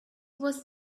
was